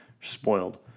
Spoiled